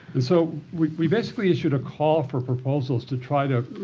and so, we we basically issued a call for proposals to try to